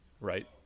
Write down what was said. right